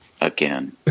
Again